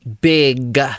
big